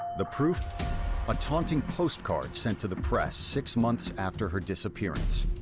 the proof a taunting postcard sent to the press six months after her disappearance.